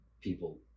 people